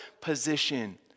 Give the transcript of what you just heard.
position